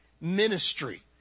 ministry